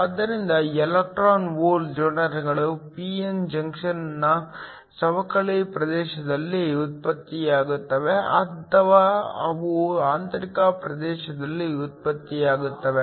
ಆದ್ದರಿಂದ electron hole ಜೋಡಿಗಳು p n ಜಂಕ್ಷನ್ನ ಸವಕಳಿ ಪ್ರದೇಶದಲ್ಲಿ ಉತ್ಪತ್ತಿಯಾಗುತ್ತವೆ ಅಥವಾ ಅವು ಆಂತರಿಕ ಪ್ರದೇಶದಲ್ಲಿ ಉತ್ಪತ್ತಿಯಾಗುತ್ತವೆ